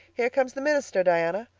here comes the minister, diana.